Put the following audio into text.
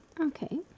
Okay